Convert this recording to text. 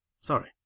Sorry